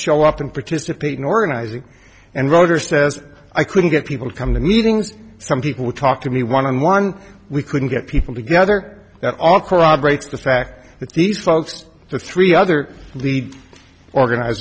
show up and participate in organizing and voter says i couldn't get people to come to meetings some people would talk to me one on one we couldn't get people together at all corroborates the fact that these folks the three other lead organized